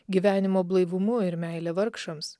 gyvenimo blaivumu ir meile vargšams